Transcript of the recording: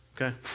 okay